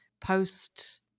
post